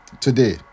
today